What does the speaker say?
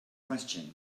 question